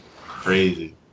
Crazy